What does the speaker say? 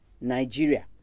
nigeria